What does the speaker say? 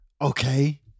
Okay